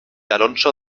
alonso